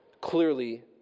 clearly